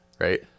right